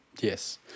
Yes